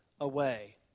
away